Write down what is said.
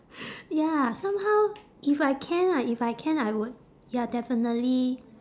ya somehow if I can ah if I can I would ya definitely